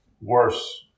worse